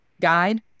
guide